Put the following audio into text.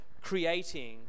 creating